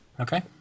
Okay